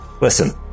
listen